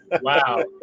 Wow